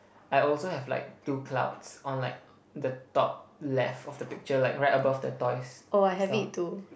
I also have like two clouds on like the top left of the picture like right above the toys stuff